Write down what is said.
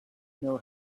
know